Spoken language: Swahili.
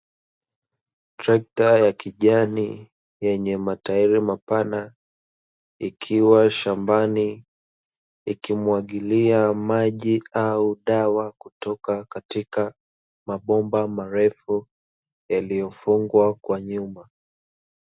Trekta ya kijani yenye matairi mapana ikiwa shambani, ikimwagilia maji au dawa kutoka katika mabomba marefu yaliyofungwa kwa nyuma.